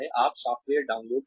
आप software download करें